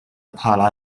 bħala